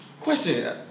question